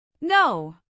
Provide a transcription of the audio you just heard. No